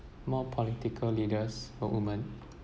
more political leaders were women